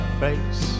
face